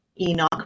Enoch